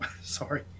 Sorry